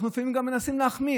אנחנו לפעמים גם מנסים להחמיר.